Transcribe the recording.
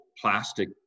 plastic